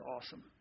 awesome